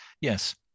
Yes